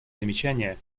замечание